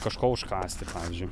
kažko užkąsti pavyzdžiui